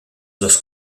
los